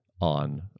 on